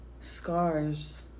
scars